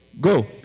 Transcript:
go